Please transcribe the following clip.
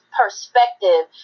perspective